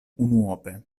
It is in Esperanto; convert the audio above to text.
unuope